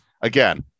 again